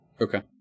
Okay